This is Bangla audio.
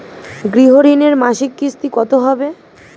গৃহ ঋণের মাসিক কিস্তি কত হবে?